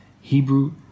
Hebrew